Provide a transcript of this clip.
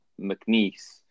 McNeese